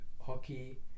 hockey